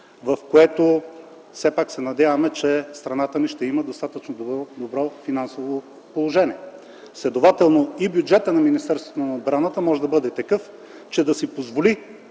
в което се надяваме, и че страната ни ще има по-добро финансово положение. Следователно и бюджетът на Министерството на отбраната може да бъде такъв, че да му позволи